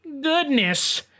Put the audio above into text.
goodness